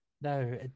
no